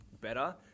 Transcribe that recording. better